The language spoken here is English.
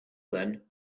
then